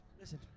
Listen